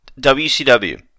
WCW